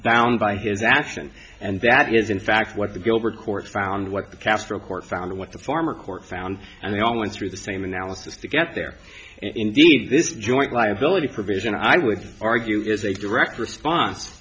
bound by his action and that is in fact what the gilbert court found what the castro court found and what the farmer court found and they all went through the same analysis to get there indeed this joint liability provision i would argue is a direct response